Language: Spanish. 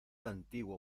antiguo